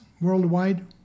worldwide